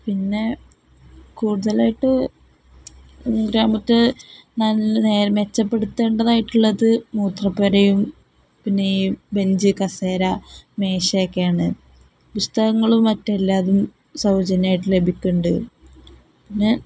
പിന്നെ കൂടുതലായിട്ട് ഗ്രാമത്തെ നല്ല മെച്ചപ്പെടുത്തേണ്ടതായിട്ടുള്ളത് മൂത്രപ്പരയും പിന്നെ ഈ ബെഞ്ച് കസേര മേശയൊക്കെയാണ് പുസ്തകങ്ങളും മറ്റെല്ലാതും സൗജന്യമായിട്ടു ലഭിക്കുന്നുണ്ട് പിന്നെ